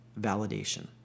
validation